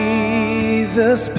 Jesus